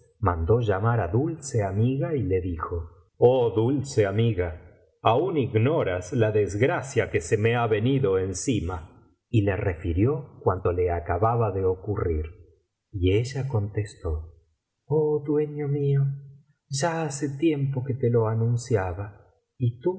mandó llamar á dulce amiga y le dijo oh dulce amiga aún ignoras la desgracia que se me ha venido encima y le refirió cuanto le acababa de ocurrir y ella contestó oh dueño mío ya hace tiempo que te lo anunciaba y